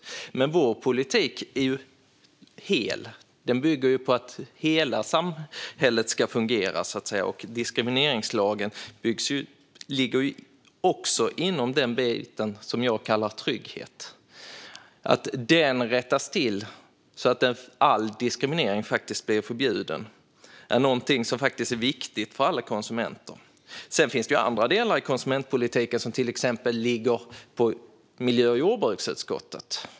Men vår politik är hel. Den bygger på att hela samhället ska fungera, och diskrimineringslagen ligger inom den bit som jag kallar trygghet. Att den rättas till så att all diskriminering blir förbjuden är någonting som faktiskt är viktigt för alla konsumenter. Sedan finns det andra delar i konsumentpolitiken som till exempel ligger på miljö och jordbruksutskottet.